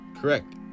correct